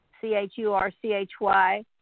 C-H-U-R-C-H-Y